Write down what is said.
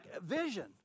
Vision